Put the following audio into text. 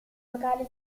locale